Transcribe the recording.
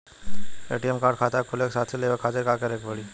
ATM card खाता खुले के साथे साथ लेवे खातिर का करे के पड़ी?